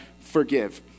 forgive